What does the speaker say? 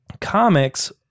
comics